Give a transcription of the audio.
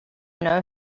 know